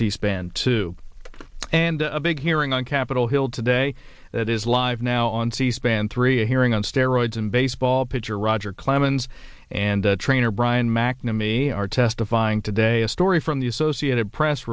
c span two and a big hearing on capitol hill today that is live now on c span three a hearing on steroids in baseball pitcher roger clemens and trainer brian mcnamee are testifying today a story from the associated press